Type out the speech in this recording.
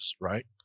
right